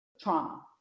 trauma